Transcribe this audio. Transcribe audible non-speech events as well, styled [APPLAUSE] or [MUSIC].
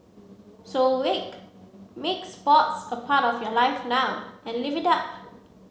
so [UNINTELLIGIBLE] make sports a part of your life now and live it up